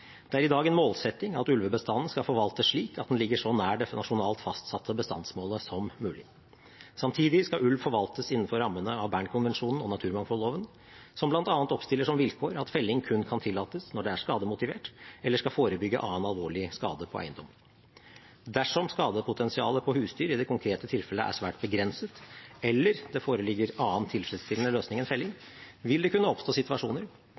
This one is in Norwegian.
er i dag en målsetting at ulvebestanden skal forvaltes slik at den ligger så nær det nasjonalt fastsatte bestandsmålet som mulig. Samtidig skal ulv forvaltes innenfor rammene av Bernkonvensjonen og naturmangfoldloven, som blant annet oppstiller som vilkår at felling kun kan tillates når det er skademotivert eller skal forebygge annen alvorlig skade på eiendom. Dersom skadepotensialet på husdyr i det konkrete tilfellet er svært begrenset, eller det foreligger annen tilfredsstillende løsning enn felling, vil det kunne oppstå situasjoner